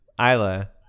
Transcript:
Isla